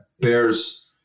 bears